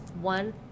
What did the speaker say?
one